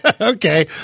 Okay